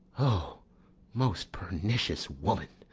o most pernicious woman!